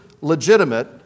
legitimate